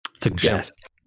suggest